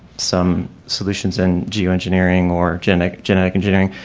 some solutions in geo-engineering or genetic genetic engineering,